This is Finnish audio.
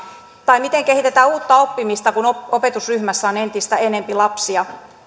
tai miten kehitetään uutta oppimista kun opetusryhmässä on entistä enempi lapsia